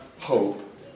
hope